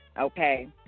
okay